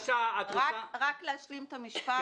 רק להשלים את המשפט.